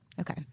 Okay